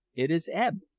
it is ebb.